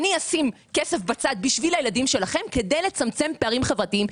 אני אשים כסף בצד בשביל הילדים שלכם כדי לצמצם פערים חברתיים,